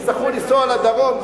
יצטרכו לנסוע לדרום,